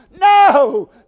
No